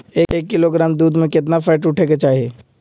एक किलोग्राम दूध में केतना फैट उठे के चाही?